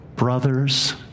brother's